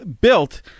built